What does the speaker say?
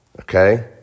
Okay